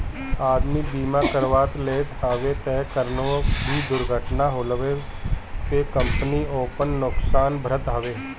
आदमी बीमा करवा लेत हवे तअ कवनो भी दुर्घटना होखला पे कंपनी ओकर नुकसान भरत हवे